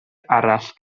arall